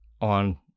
on